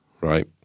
right